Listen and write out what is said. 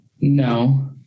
no